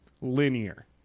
linear